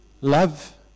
love